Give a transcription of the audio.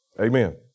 Amen